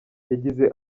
yagize